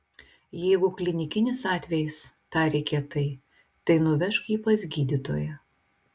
jeigu klinikinis atvejis tarė kietai tai nuvežk jį pas gydytoją